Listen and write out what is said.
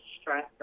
stress